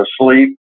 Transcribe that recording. asleep